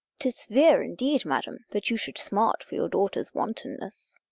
tis severe indeed, madam, that you should smart for your daughter's wantonness.